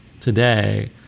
today